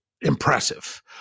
impressive